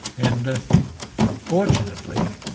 and unfortunately,